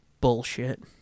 bullshit